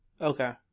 Okay